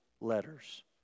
letters